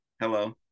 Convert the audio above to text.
Hello